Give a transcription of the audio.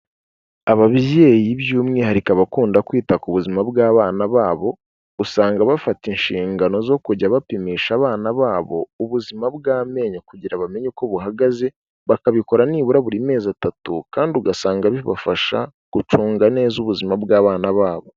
Ababyeyi by'umwihariko abakunda kwita ku buzima bw'abana babo, usanga bafata inshingano zo kujya bapimisha abana babo ubuzima bw'amenyo kugira bamenye uko buhagaze, bakabikora nibura buri mezi atatu kandi ugasanga bibafasha gucunga neza ubuzima bw'abana babo.